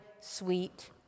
sweet